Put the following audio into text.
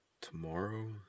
tomorrow